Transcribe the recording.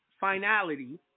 finality